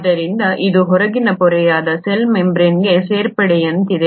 ಆದ್ದರಿಂದ ಇದು ಹೊರಗಿನ ಪೊರೆಯಾದ ಸೆಲ್ ಮೆಂಬರೇನ್ಗೆ ಸೇರ್ಪಡೆಯಂತಿದೆ